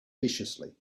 viciously